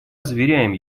заверяем